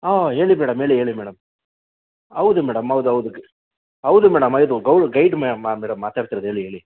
ಹಾಂ ಹೇಳಿ ಮೇಡಂ ಹೇಳಿ ಹೇಳಿ ಮೇಡಂ ಹೌದು ಮೇಡಂ ಹೌದು ಹೌದು ಹೌದು ಮೇಡಂ ಹೌದು ಗೈಡು ಮೇಮ್ ಮೇಡಂ ಮಾತಾಡ್ತಿರೋದು ಹೇಳಿ ಹೇಳಿ